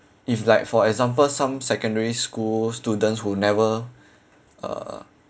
if like for example some secondary school students who never uh